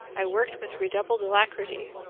i worked with redoubled alacrity,